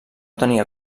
tenia